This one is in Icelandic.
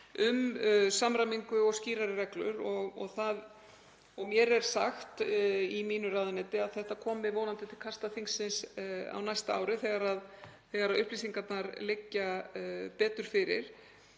um samræmingu og skýrari reglur. Mér er sagt í mínu ráðuneyti að þetta komi vonandi til kasta þingsins á næsta ári þegar upplýsingarnar liggja betur fyrir.